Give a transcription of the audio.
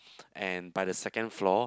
and by the second floor